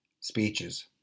speeches